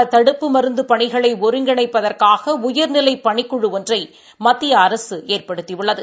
பணிகளை தடுப்பு மருந்து ஒருங்கிணைப்பதற்காக உயர்நிலை பணிக்குழு ஒன்றை மத்திய அரசு ஏற்படுத்தியுள்ளது